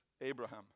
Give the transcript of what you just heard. Abraham